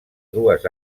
dues